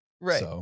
Right